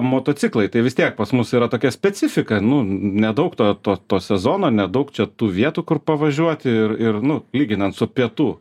motociklai tai vis tiek pas mus yra tokia specifika nu nedaug to to to sezono nedaug čia tų vietų kur pavažiuoti ir ir nu lyginant su pietų